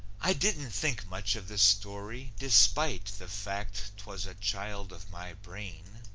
i didn't think much of the story despite the fact twas a child of my brain.